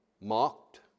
mocked